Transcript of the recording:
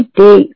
day